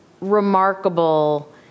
remarkable